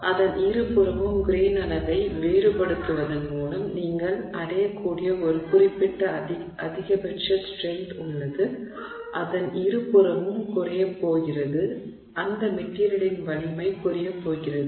எனவே அதன் இருபுறமும் கிரெய்ன் அளவை வேறுபடுத்துவதன் மூலம் நீங்கள் அடையக்கூடிய ஒரு குறிப்பிட்ட அதிகபட்ச ஸ்ட்ரென்த் உள்ளது அதன் இருபுறமும் குறையப் போகிறது அந்த மெட்டிரியலின் வலிமை குறையப் போகிறது